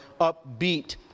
upbeat